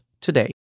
today